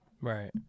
Right